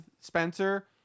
Spencer